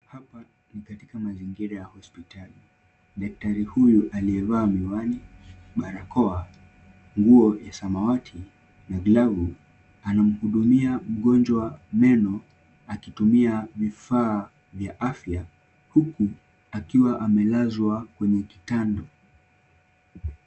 Hapa ni katika mazingira ya hospitali. Daktari huyu aliyevaa miwani, barakoa, nguo ya samawati na glavu anamhudumia mgonjwa meno akitumia vifaa vya afya huku akiwa amelazwa kwenye kitanda.